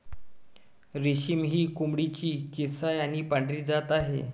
रेशमी ही कोंबडीची केसाळ आणि पांढरी जात आहे